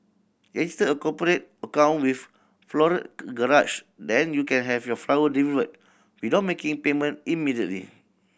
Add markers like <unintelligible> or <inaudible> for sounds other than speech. register a cooperate account with Floral <unintelligible> Garage then you can have your flower delivered without making payment immediately